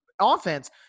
offense